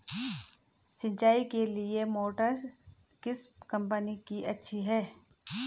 सिंचाई के लिए मोटर किस कंपनी की अच्छी है?